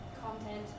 content